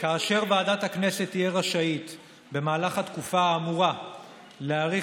כאשר ועדת הכנסת תהיה רשאית במהלך התקופה האמורה להאריך